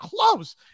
close